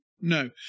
No